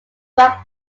back